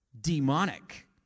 demonic